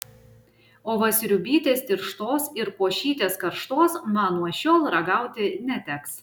o va sriubytės tirštos ir košytės karštos man nuo šiol ragauti neteks